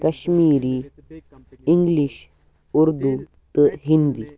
Kashmiri English Urdu تہٕ ہِنٛدی